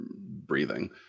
breathing